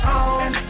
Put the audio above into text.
on